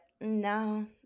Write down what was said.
no